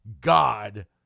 God